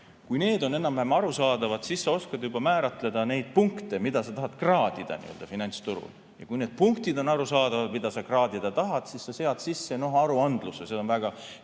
Kui need on enam‑vähem arusaadavad, siis sa oskad juba määratleda neid punkte, mida sa tahad kraadida finantsturul. Ja kui need punktid on arusaadavad, mida sa kraadida tahad, siis sa sead sisse aruandluse.